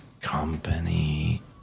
company